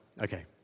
Okay